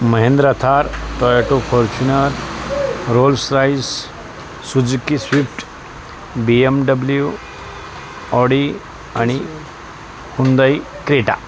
Mahindra Thar Toyota Fortuner Rolls Royce Suzuki Swift B M W Audi आणि Hyundai Creta